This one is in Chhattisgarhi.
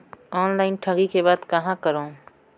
ऑनलाइन ठगी के बाद कहां करों?